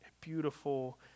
beautiful